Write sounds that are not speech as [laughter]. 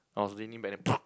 I was leaning back then [noise]